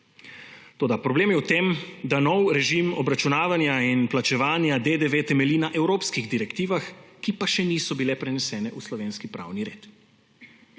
Toda problem je v tem, da novi režim obračunavanja in plačevanja DDV temelji na evropskih direktivah, ki pa še niso bile prenesene v slovenski pravni red.